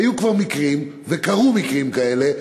היו כבר מקרים וקרו מקרים כאלה,